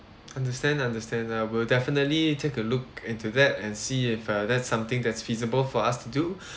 understand understand uh we'll definitely take a look into that and see if uh that's something that's feasible for us to do